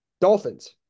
Dolphins